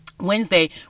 Wednesday